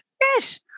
Yes